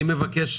אני לא מכיר.